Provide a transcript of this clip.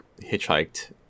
hitchhiked